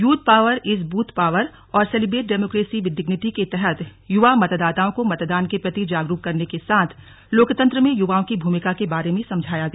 youth power is booth power और celebrate democracy with dignity के तहत यूवा मतदाताओं को मतदान के प्रति जागरूक करने के साथ लोकतन्त्र में युवाओं की भूमिका के बारे में समझाया गया